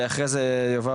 ואחרי זה יובב,